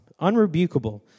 unrebukable